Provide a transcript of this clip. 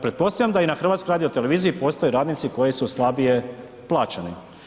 Pretpostavljam da i na HRT-u postoje radnici koji su slabije plaćeni.